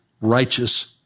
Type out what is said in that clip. righteous